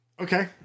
Okay